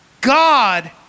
God